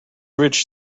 rich